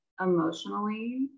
emotionally